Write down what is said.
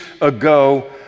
ago